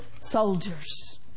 soldiers